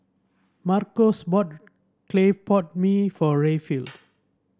Marcos bought Clay Pot Mee for Rayfield